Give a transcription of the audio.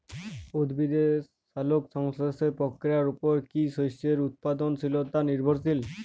উদ্ভিদের সালোক সংশ্লেষ প্রক্রিয়ার উপর কী শস্যের উৎপাদনশীলতা নির্ভরশীল?